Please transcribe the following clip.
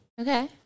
Okay